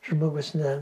žmogus ne